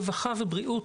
רווחה ובריאות.